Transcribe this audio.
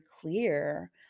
clear